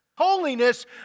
holiness